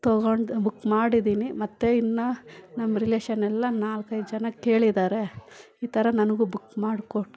ತಗೊಂಡ್ ಬುಕ್ ಮಾಡಿದಿನಿ ಮತ್ತು ಇನ್ನು ನಮ್ಮ ರಿಲೇಶನ್ ಎಲ್ಲ ನಾಲ್ಕೈದು ಜನ ಕೇಳಿದಾರೆ ಈ ಥರ ನನಗು ಬುಕ್ ಮಾಡ್ಕೊಡು